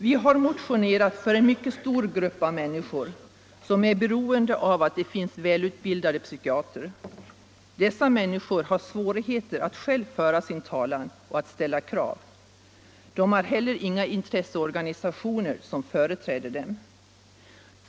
Vi har motionerat för en mycket stor grupp människor som är beroende av att det finns välutbildade psykiater. Dessa människor har stora svårigheter att själva föra sin talan och ställa krav. De har heller ingen intresseorganisation som företräder dem.